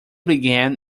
began